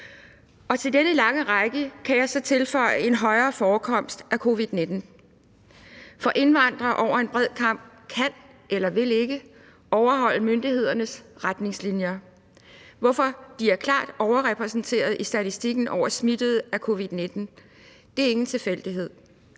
Til denne lange række kan jeg så tilføje en højere forekomst af covid-19, for indvandrere over en bred kam kan ikke eller vil ikke overholde myndighedernes retningslinjer, hvorfor de er klart overrepræsenteret i statistikken over smittede med covid-19. Det er ikke en tilfældighed.